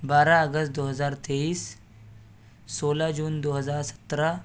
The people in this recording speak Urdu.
بارہ اگست دو ہزار تیئیس سولہ جون دو ہزار سترہ